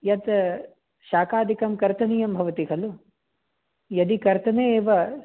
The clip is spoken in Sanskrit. यत् शाकादिकं कर्तनीयं भवति खलु यदि कर्तने एव